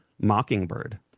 Mockingbird